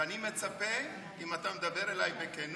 ואני מצפה, אם אתה מדבר אליי בכנות,